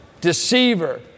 deceiver